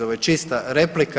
Ovo je čista replika.